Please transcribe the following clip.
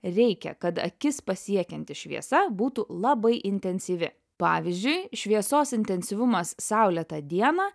reikia kad akis pasiekianti šviesa būtų labai intensyvi pavyzdžiui šviesos intensyvumas saulėtą dieną